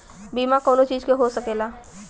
बीमा कउनो चीज के हो सकेला